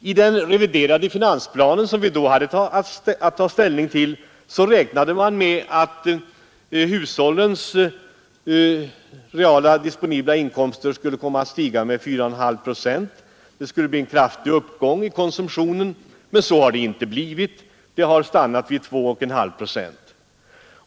I den reviderade finansplanen, som vi då hade att ta ställning till, räknade man med att hushållens reala disponibla inkomster skulle komma att stiga med 4,5 procent. Det skulle bli en kraftig uppgång i konsumtionen men så har inte varit fallet. Den har stannat vid 2,5 procent.